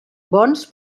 bons